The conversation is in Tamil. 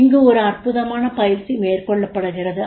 இங்கு ஒரு அற்புதமான பயிற்சி மேற்கொள்ளப்படுகிறது